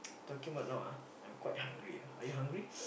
talking about now ah I'm quite hungry lah are you hungry